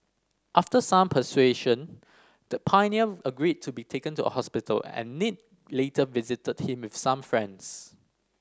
after some persuasion the pioneer agreed to be taken to hospital and Nick later visited him with some friends